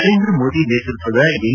ನರೇಂದ್ರಮೋದಿ ನೇತೃತ್ವದ ಎನ್